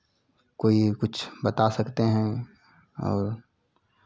कोई कुछ बता सकते हैं और